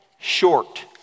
short